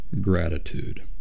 gratitude